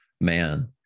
man